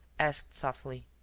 asked softly,